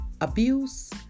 abuse